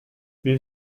wie